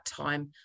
time